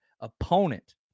opponent